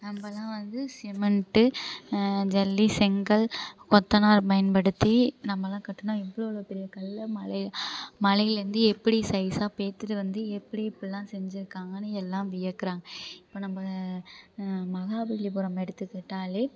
நம்மெல்லாம் வந்து சிமெண்ட்டு ஜல்லி செங்கல் கொத்தனார் பயன்படுத்தி நம்மெல்லாம் கட்டினா இவ்வளோ இவ்வளோ பெரிய கல்லை மலை மலையிலேருந்து எப்படி சைஸாக பேர்த்துட்டு வந்து எப்படி இப்படிலாம் செஞ்சுருக்காங்கனு எல்லாம் வியக்கிறாங்க இப்போ நம்ம மகாபலிபுரம் எடுத்துக்கிட்டாலே